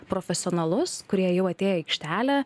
profesionalus kurie jau atėję į aikštelę